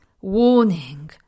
Warning